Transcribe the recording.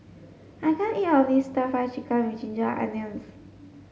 I can't eat of this stir fry chicken with ginger onions